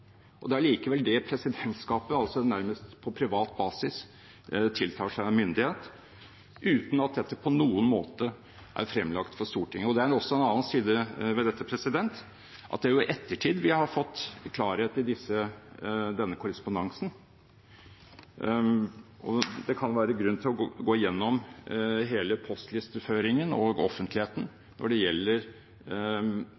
sal. Det er likevel det presidentskapet – nærmest på privat basis – tiltar seg myndighet til, uten at dette på noen måte er fremlagt for Stortinget. Det er også en annen side ved dette, at det er i ettertid vi har fått klarhet i denne korrespondansen. Det kan være grunn til å gå igjennom hele postlisteføringen og